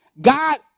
God